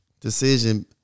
decision